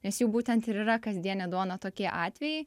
nes jų būtent ir yra kasdienė duona tokie atvejai